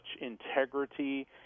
integrity